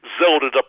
Zelda